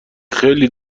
خیلی